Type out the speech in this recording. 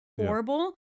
horrible